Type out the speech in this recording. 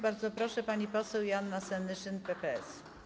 Bardzo proszę, pani poseł Joanna Senyszyn, PPS.